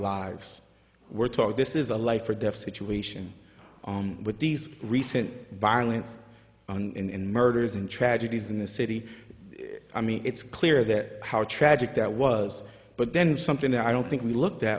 lives we're taught this is a life or death situation with these recent violence and murders and tragedies in the city i mean it's clear that how tragic that was but then something that i don't think we looked at